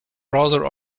rather